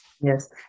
Yes